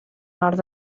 nord